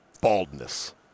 baldness